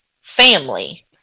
family